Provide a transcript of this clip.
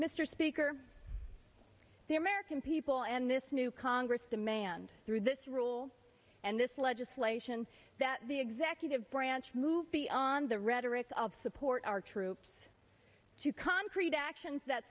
mr speaker the american people and this new congress demand through this rule and this legislation that the executive branch move beyond the rhetoric of support our troops to concrete actions that